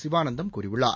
சிவானந்தம் கூறியுள்ளார்